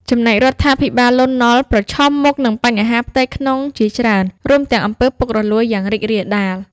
ចំណែករដ្ឋាភិបាលលន់ នល់ ប្រឈមមុខនឹងបញ្ហាផ្ទៃក្នុងជាច្រើន រួមទាំង អំពើពុករលួយយ៉ាងរីករាលដាល។